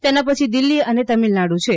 તેના પછી દિલ્હી અને તમિલનાડુ છે